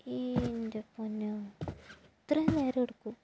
എന്റെ പൊന്നോ ഇത്രയും നേരം എടുക്കുവോ